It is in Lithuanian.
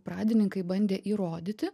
pradininkai bandė įrodyti